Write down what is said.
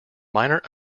minor